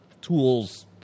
tools